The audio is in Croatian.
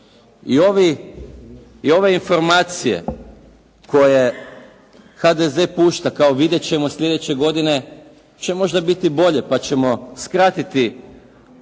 I ove informacije koje HDZ pušta kao vidjet ćemo sljedeće godine će možda biti bolje pa ćemo skratiti